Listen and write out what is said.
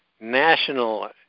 national